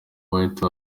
white